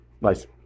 nice